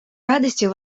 радостью